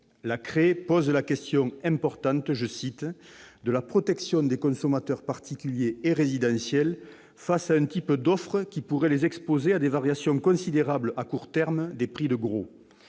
pose la question importante « de la protection des consommateurs particuliers et résidentiels face à un type d'offre qui pourrait les exposer à des variations considérables à court terme des prix de gros